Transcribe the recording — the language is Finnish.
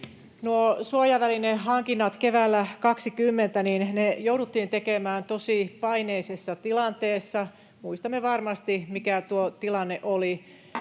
suojavälinehankinnat keväällä 20 jouduttiin tekemään tosi paineisessa tilanteessa. Muistamme varmasti, mikä tuo tilanne oli.